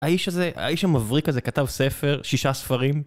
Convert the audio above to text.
האיש הזה, האיש המבריק הזה כתב ספר, שישה ספרים